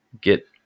get